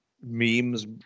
memes